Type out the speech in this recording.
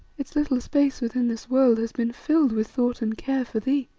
its little space within this world has been filled with thought and care for thee